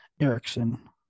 Erickson